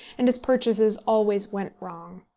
and his purchases always went wrong.